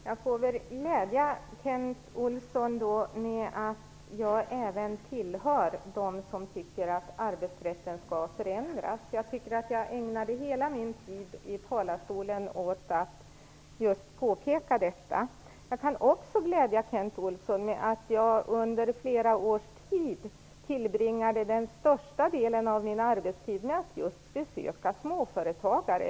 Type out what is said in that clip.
Herr talman! Jag kan glädja Kent Olsson med att även jag tillhör dem som tycker att arbetsrätten skall förändras. Jag tycker att jag ägnade hela min tid i talarstolen åt att påpeka detta. Jag kan också glädja Kent Olsson med att jag under flera års tid tillbringade den största delen av min arbetstid med att just besöka småföretagare.